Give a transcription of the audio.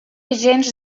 gens